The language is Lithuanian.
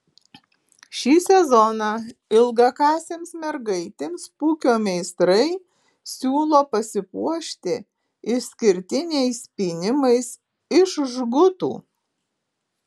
šį sezoną ilgakasėms mergaitėms pukio meistrai siūlo pasipuošti išskirtiniais pynimais iš žgutų